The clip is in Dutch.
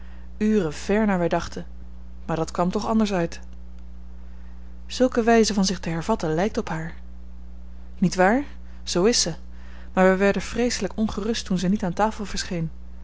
uren ver naar wij dachten maar dat kwam toch anders uit zulke wijze van zich te hervatten lijkt op haar niet waar zoo is ze maar wij werden vreeselijk ongerust toen ze niet aan tafel verscheen